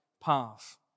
path